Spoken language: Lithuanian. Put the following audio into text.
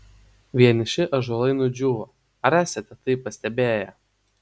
vieniši ąžuolai nudžiūva ar esate tai pastebėję